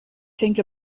think